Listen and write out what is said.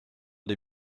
des